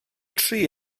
tri